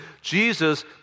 Jesus